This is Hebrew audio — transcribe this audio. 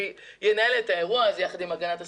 שהוא ינהל את האירוע הזה יחד עם הגנת הסביבה,